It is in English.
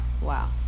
Wow